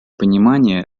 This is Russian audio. понимания